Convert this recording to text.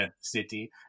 City